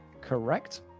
Correct